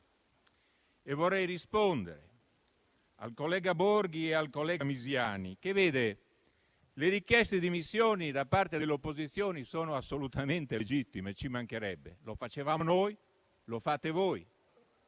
Vorrei rispondere poi al collega Borghi e al collega Misiani. Le richieste di dimissioni da parte dell'opposizione sono assolutamente legittime, ci mancherebbe, lo facevamo noi e lo fate voi.